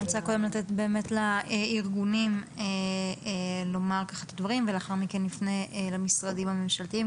אני רוצה לתת לארגונים לומר דברים ולאחר מכן נפנה למשרדים הממשלתיים,